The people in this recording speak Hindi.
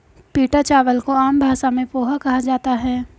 पीटा चावल को आम भाषा में पोहा कहा जाता है